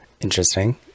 interesting